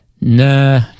Nah